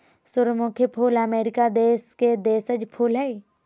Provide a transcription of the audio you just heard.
सूरजमुखी फूल अमरीका देश के देशज फूल हइ